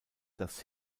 das